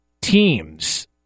teams